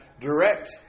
direct